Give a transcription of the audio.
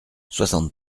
soixante